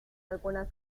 algunas